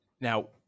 Now